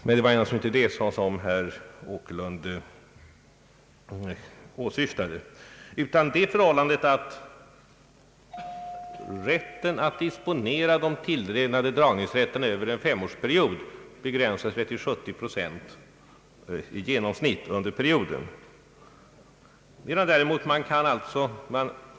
Men det var naturligtvis inte det som herr Åkerlund åsyftade utan det förhållandet att rätten att disponera de tilldelade dragningsrätterna under en femårsperiod begränsas till i genomsnitt 70 procent.